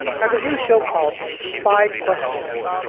has a new show called five questions,